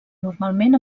normalment